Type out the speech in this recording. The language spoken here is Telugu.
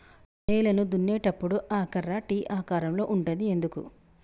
నేలను దున్నేటప్పుడు ఆ కర్ర టీ ఆకారం లో ఉంటది ఎందుకు?